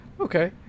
okay